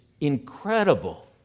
incredible